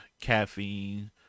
caffeine